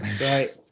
Right